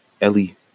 Ellie